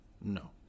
No